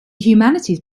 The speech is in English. humanities